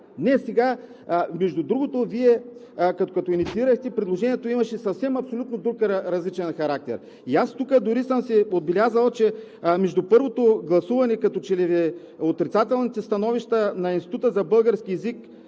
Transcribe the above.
тогава. Между другото, Вие като инициирахте предложението, то имаше съвсем друг, абсолютно различен характер. Аз дори тук съм си отбелязал, че между първото гласуване като че ли отрицателните становища на Института за български език